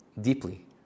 deeply